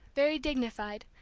very dignified,